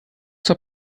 zur